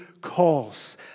calls